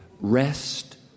rest